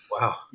Wow